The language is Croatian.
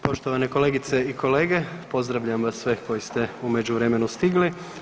Poštovane kolegice i kolege, pozdravljam vas sve koji ste u međuvremenu stigli.